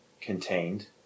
Contained